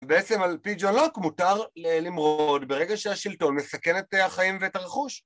בעצם על פי ג'ון לוק מותר למרוד ברגע שהשלטון מסכן את החיים ואת הרכוש?